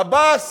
עבאס,